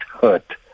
hurt